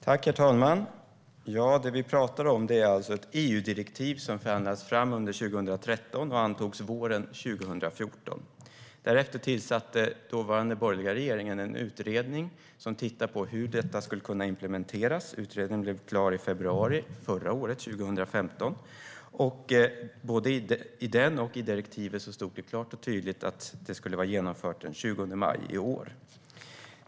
Herr talman! Det vi pratar om är ett EU-direktiv som förhandlades fram under 2013 och antogs våren 2014. Därefter tillsatte den dåvarande borgerliga regeringen en utredning som tittade på hur detta skulle kunna implementeras. Utredningen blev klar i februari förra året, 2015. Både i utredningen och i direktivet stod det klart och tydligt att detta skulle vara genomfört den 20 maj i år.